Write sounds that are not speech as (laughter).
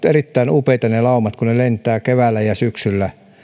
(unintelligible) erittäin upeita kun ne lentävät keväällä ja syksyllä